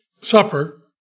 supper